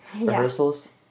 rehearsals